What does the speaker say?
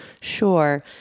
sure